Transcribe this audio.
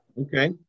Okay